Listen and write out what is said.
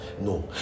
No